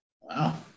Wow